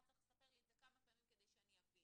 היה צריך לספר לי את זה כמה פעמים כדי שאני אבין.